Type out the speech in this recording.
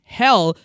hell